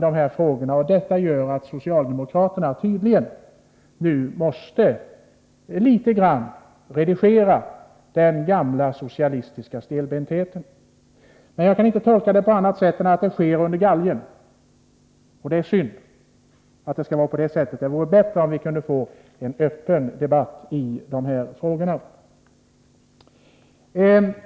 Detta har tydligen gjort att socialdemokraterna måste litet grand revidera den gamla socialistiska stelbentheten. Men jag kan inte tolka det på annat sätt än att detta sker under galgen, och det är synd att så skall vara fallet. Det vore bättre om vi kunde få en öppen debatt i de här frågorna.